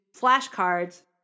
flashcards